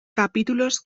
capítulos